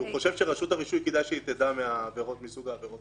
כי הוא חושב שכדאי שרשות הרישוי תדע על העבירות האלו.